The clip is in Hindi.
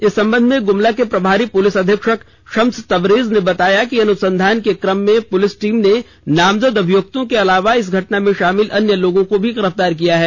इस संबंध में गुमला के प्रभारी पुलिस अधीक्षक शम्स तबरेज ने बताया कि अनुसंधान के क्रम में पुलिस टीम ने नामजद अभियुक्तों के अलावा इस घटना में शामिल अन्य लोगों को भी गिरफ्तार किया है